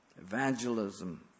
evangelism